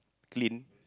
clean